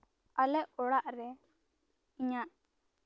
ᱟᱞᱮ ᱚᱲᱟᱜ ᱨᱮ ᱤᱧᱟᱹᱜ